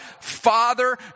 Father